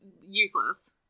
useless